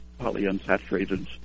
polyunsaturated